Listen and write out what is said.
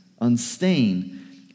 unstained